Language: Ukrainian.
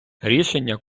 рішення